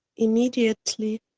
immediately,